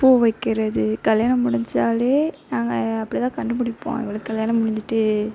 பூ வைக்கிறது கல்யாணம் முடிஞ்சாலே நாங்கள் அப்படிதான் கண்டுபிடிப்போம் இவளுக்கு கல்யாணம் முடிஞ்சுட்டு